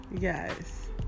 Yes